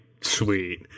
sweet